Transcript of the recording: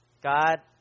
God